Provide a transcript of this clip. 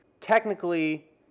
technically